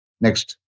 Next